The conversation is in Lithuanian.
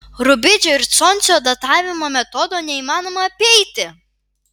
rubidžio ir stroncio datavimo metodo neįmanoma apeiti